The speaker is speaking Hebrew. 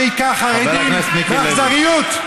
שהכה חרדים באכזריות.